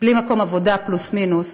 בלי מקום עבודה, פלוס מינוס.